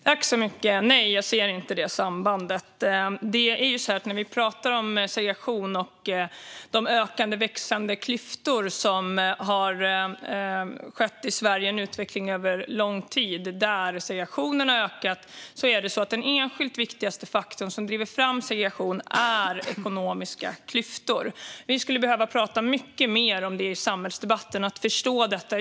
Herr ålderspresident! Nej, jag ser inte det sambandet. När det gäller segregation och de växande klyftorna i Sverige är det en utveckling som har skett över lång tid. Där segregationen har ökat är den enskilt viktigaste faktor som driver fram detta de ekonomiska klyftorna. Vi skulle behöva prata mycket mer om det i samhällsdebatten och förstå detta.